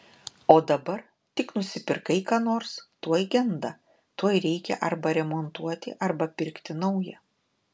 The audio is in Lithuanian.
o dabar tik nusipirkai ką nors tuoj genda tuoj reikia arba remontuoti arba pirkti naują